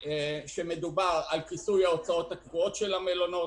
כשמדובר על כיסוי ההוצאות הקבועות של המלונות